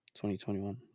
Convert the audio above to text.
2021